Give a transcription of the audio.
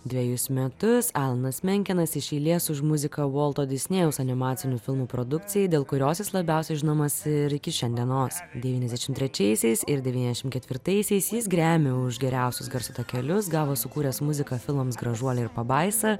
dvejus metus alnas menkenas iš eilės už muziką volto disnėjaus animacinių filmų produkcijai dėl kurios jis labiausiai žinomas ir iki šiandienos devyniasdešim trečiaisiais ir devyniasdešim ketvirtaisiais grammy už geriausius garso takelius gavo sukūręs muziką filmams gražuolė ir pabaisa